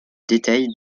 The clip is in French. détails